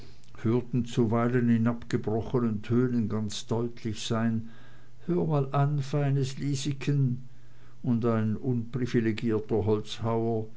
zuweilen in abgebrochenen tönen ganz deutlich dazwischen sein hör mal an feins lieseken und ein unprivilegierter holzhauer